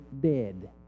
dead